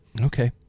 Okay